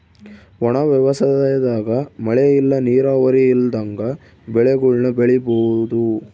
ಒಣ ವ್ಯವಸಾಯದಾಗ ಮಳೆ ಇಲ್ಲ ನೀರಾವರಿ ಇಲ್ದಂಗ ಬೆಳೆಗುಳ್ನ ಬೆಳಿಬೋಒದು